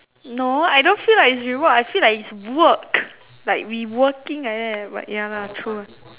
no I don't feel like is reward I feel like is work like we working like that but ya lah true lah